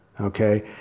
Okay